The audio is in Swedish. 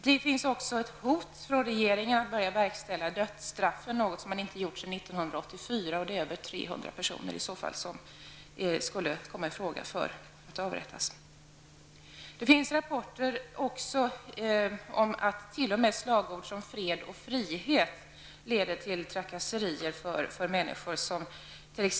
Det finns också ett hot från regeringen om att börja verkställa dödsstraff, något som man inte gjort sedan 1984. Det är över 300 personer som i så fall skulle komma i fråga för avrättning. Det föreligger även rapporter om att t.o.m. slagord som ''Fred och frihet'' leder till trakasserier för människor.